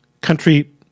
country